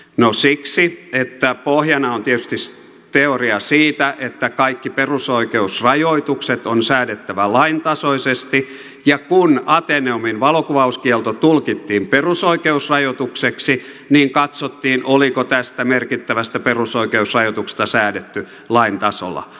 no siksi että pohjana on tietysti teoria siitä että kaikki perusoikeusrajoitukset on säädettävä laintasoisesti ja kun ateneumin valokuvauskielto tulkittiin perusoikeusrajoitukseksi niin katsottiin oliko tästä merkittävästä perusoikeusrajoituksesta säädetty lain tasolla